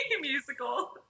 musical